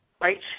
right